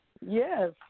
Yes